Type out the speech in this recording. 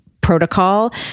protocol